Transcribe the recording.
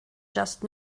just